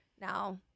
Now